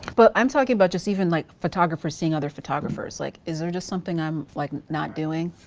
but i'm talking about just even like photographers seeing other photographers. like is there just something i'm like not doing?